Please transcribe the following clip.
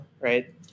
right